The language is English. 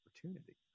opportunity